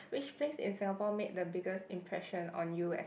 which place in Singapore made the biggest impression on you as a